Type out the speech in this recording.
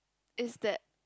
is that